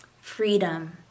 Freedom